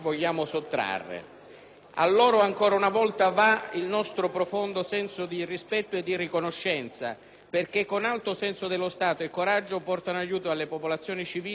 A loro, ancora una volta, va il nostro profondo senso di rispetto e di riconoscenza, perché con alto senso dello Stato e coraggio portano aiuto alle popolazioni civili, in situazioni spesso